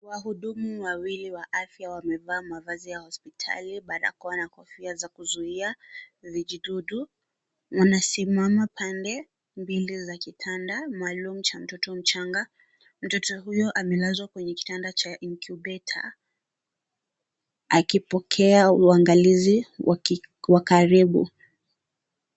Wahudumu wawili wa afya wamevaa mavazi ya hospitali, barakoa na kofia za kuzuia vijidudu. Wanasimama pande mbili za kitanda maalumu cha mtoto mchanga. Mtoto huyu amelazwa kwenye kitanda cha incubator akipokea uangalizi wa karibu.